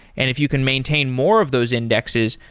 and if you can maintain more of those indexes,